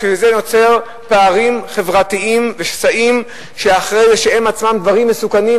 וזה יוצר פערים חברתיים ושסעים שהם עצמם דברים מסוכנים,